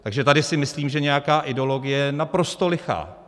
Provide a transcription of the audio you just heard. Takže tady si myslím, že nějaká ideologie je naprosto lichá.